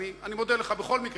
אני מודה לך בכל מקרה,